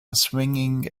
swinging